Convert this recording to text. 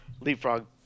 leapfrog